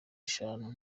eshanu